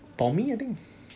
tommy I think